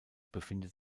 befindet